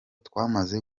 twamaze